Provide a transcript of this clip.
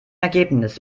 ergebnis